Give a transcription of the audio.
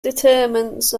determinants